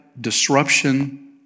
disruption